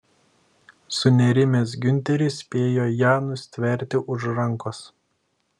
sunerimęs giunteris spėjo ją nustverti už rankos